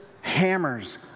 hammers